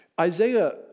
Isaiah